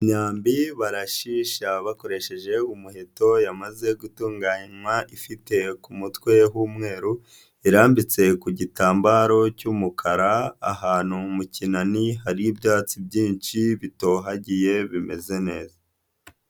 Imyambi barashishya bakoresheje umuheto yamaze gutunganywa ifite ku mutwe h'umweru, irambitse ku gitambaro cy'umukara ahantu mu kinani hari ibyatsi byinshi bitohagiye bimeze neza.